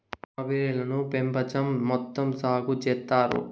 strawberry లను పెపంచం మొత్తం సాగు చేత్తారు